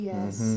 Yes